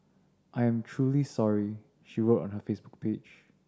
I am truly sorry she wrote on her Facebook page